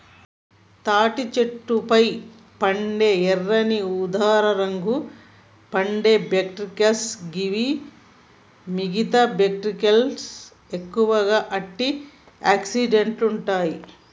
తాటి చెట్లపై పండే ఎర్రని ఊదారంగు పండ్లే ఏకైబెర్రీస్ గివి మిగితా బెర్రీస్కంటే ఎక్కువగా ఆంటి ఆక్సిడెంట్లు ఉంటాయి